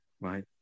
right